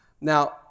Now